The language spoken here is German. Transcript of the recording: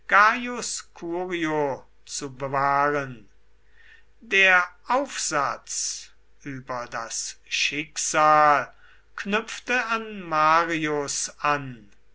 zu bewahren der aufsatz über das schicksal knüpfte an marius an